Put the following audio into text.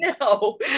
No